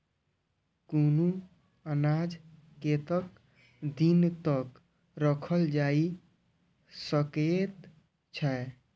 कुनू अनाज कतेक दिन तक रखल जाई सकऐत छै?